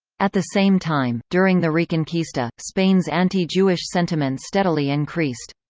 at the same time, during the reconquista, spain's anti-jewish sentiment steadily increased.